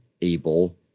able